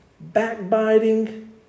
Backbiting